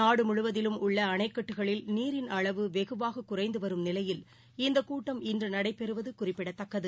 நாடுமுழுவதிலும் உள்ளஅனைக்கட்டுகளில் நீரின் அளவு வெகுவாககுறைந்துவரும் நிலையில் இந்தகூட்டம் இன்றுநடைபெறுவதுகுறிப்பிடத்தக்கது